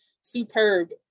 superb